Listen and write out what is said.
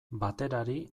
baterari